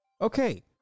Okay